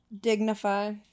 Dignify